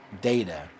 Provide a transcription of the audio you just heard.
data